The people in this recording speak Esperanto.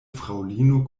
fraŭlino